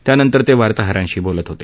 त्यानंतर ते वार्ताहरांशी बोलत होते